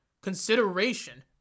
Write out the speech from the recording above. consideration